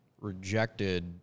rejected